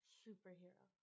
superhero